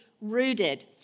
rooted